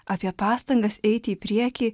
apie pastangas eiti į priekį